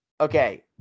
Okay